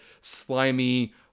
slimy